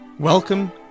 Welcome